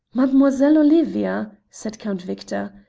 mademoiselle olivia, said count victor,